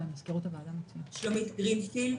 שמי שלומית גרינפילד,